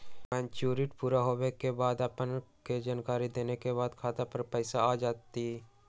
Maturity पुरा होवे के बाद अपने के जानकारी देने के बाद खाता पर पैसा आ जतई?